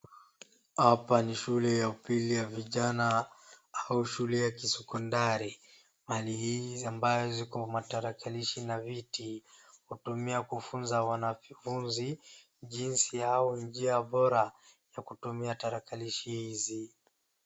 Hapa ni shule ya vijana au shule ya kisekondari Mahali hizi ambazo ziko matarakilishi na viti hutumia kufunza wanafunzi jinsi yao njia bora ya kutumia tarakilishi hizi.